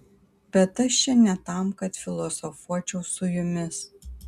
bet aš čia ne tam kad filosofuočiau su jumis